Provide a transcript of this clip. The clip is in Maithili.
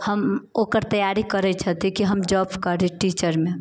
हम ओकर तैयारी करै छियै कियाकि हम जॉब करी टीचरमे